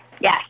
Yes